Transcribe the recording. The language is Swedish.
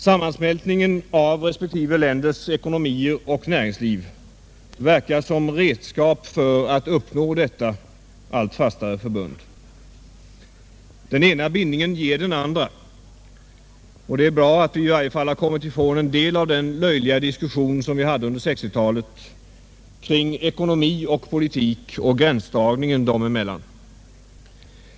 Sammansmältningen av respektive länders ekonomi och näringsliv verkar som redskap för att uppnå detta allt fastare förbund. Den ena bindningen ger den andra, och det är bra att vi i varje fall har kommit ifrån en del av den löjliga diskussion som fördes under 1960-talet kring ekonomi och politik och gränsdragningen dem emellan.